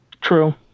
True